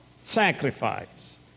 Sacrifice